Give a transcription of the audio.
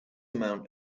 amount